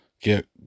get